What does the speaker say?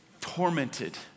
tormented